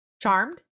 Charmed